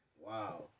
wow